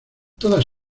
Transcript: todas